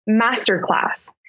masterclass